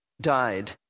died